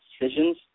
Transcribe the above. decisions